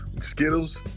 Skittles